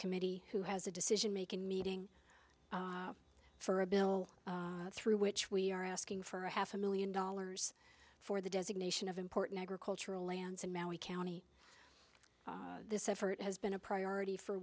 committee who has a decision making meeting for a bill through which we are asking for a half a million dollars for the designation of important agricultural lands in maui county this effort has been a priority for